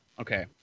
Okay